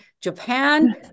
Japan